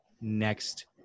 next